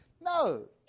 No